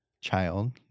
child